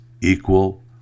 equal